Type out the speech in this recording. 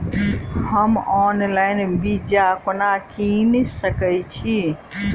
हम ऑनलाइन बिच्चा कोना किनि सके छी?